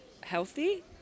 healthy